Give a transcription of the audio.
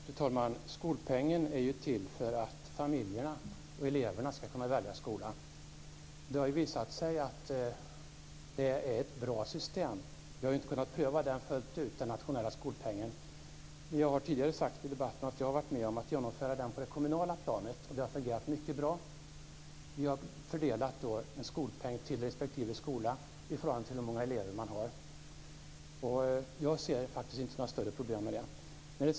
Fru talman! Skolpengen är till för att familjerna och eleverna skall kunna välja skola. Det har visat sig att det är ett bra system. Vi har inte kunnat pröva den nationella skolpengen fullt ut. Jag har varit med om att genomföra skolpengen på det kommunala planet, och det har fungerat mycket bra. Vi har då fördelat en skolpeng till respektive skola i förhållande till hur många elever man har. Jag ser inte några större problem med det.